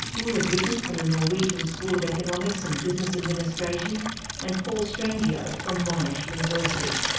ola grytten from the norwegian school of economics and business administration and paul strangio from monash university.